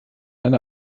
eine